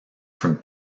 from